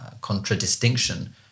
contradistinction